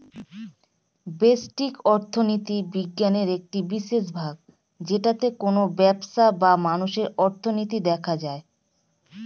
ব্যষ্টিক অর্থনীতি বিজ্ঞানের একটি বিশেষ ভাগ যেটাতে কোনো ব্যবসার বা মানুষের অর্থনীতি দেখা হয়